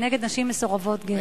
כנגד נשים מסורבות גט.